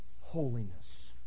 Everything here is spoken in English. holiness